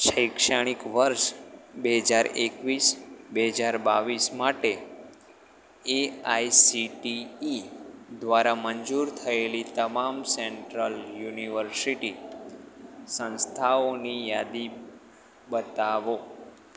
શૈક્ષણિક વર્ષ બે હજાર એકવીસ બે હજાર બાવીસ માટે એઆઈસીટીઇ દ્વારા મંજૂર થયેલી તમામ સેન્ટ્રલ યુનિવર્સિટી સંસ્થાઓની યાદી બતાવો